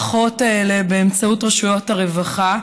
רוצה לסייע למשפחות האלה באמצעות רשויות הרווחה,